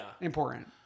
important